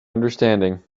understanding